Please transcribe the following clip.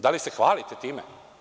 Da li se hvalite time?